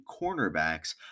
cornerbacks